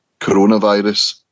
coronavirus